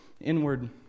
inward